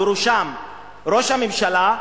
ובראשם ראש הממשלה,